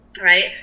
right